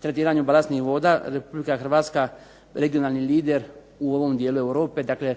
tretiranju balastnih voda RH regionalni lider u ovom dijelu Europe. Dakle,